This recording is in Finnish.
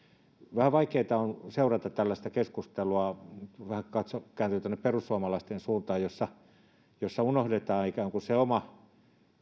vähän vaikeata on seurata tällaista keskustelua vähän katse kääntyy tuonne perussuomalaisten suuntaan jossa jossa unohdetaan se oma